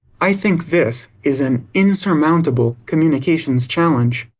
i think this is an insurmountable communications challenge.